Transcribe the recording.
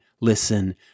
listen